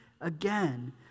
again